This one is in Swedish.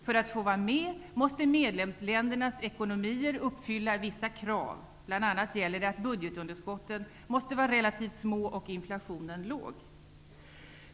För att få vara med måste medlemsländernas ekonomier uppfylla vissa krav; bl.a. gäller det att budgetunderskotten måste vara relativt små och inflationen låg.